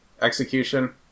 execution